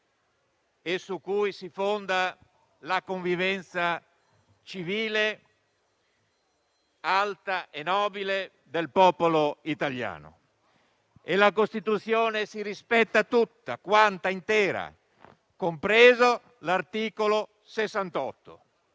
e su cui si fonda la convivenza civile alta e nobile del popolo italiano. E la Costituzione la si rispetta tutta quanta intera, compreso l'articolo 68.